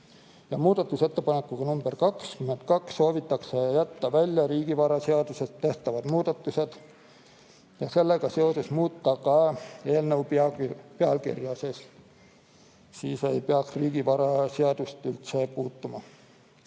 Muudatusettepanekuga nr 22 soovitakse jätta välja riigivaraseaduses tehtavad muudatused ja sellega seoses muuta ka eelnõu pealkirja, sest siis ei peaks riigivaraseadust üldse puutuma.